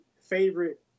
favorite